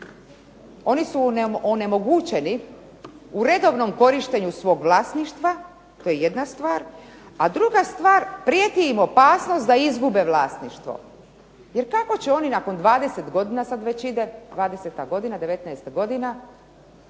Oni su onemogućeni u redovnom korištenju svog vlasništva to je jedna stvar, a druga stvar prijeti im opasnost da izgube vlasništvo. Jer kako će oni nakon 20 godina, sad već ide, dvadeseta godina,